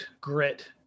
grit